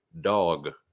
dog